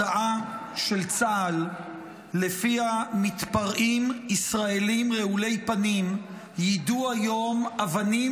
הודעה של צה"ל שלפיה מתפרעים ישראלים רעולי פנים יידו היום אבנים